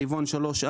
ברבעון שלוש,